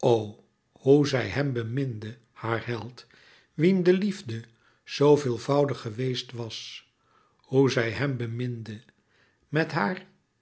hoe zij hem beminde haar held wien de liefde zoo veelvoudig geweest was hoe zij hem beminde met haar